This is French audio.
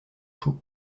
chaud